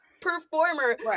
performer